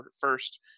first